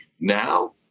now